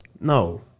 No